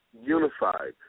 unified